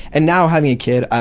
and now, having a kid, ah